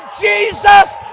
Jesus